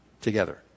together